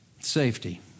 safety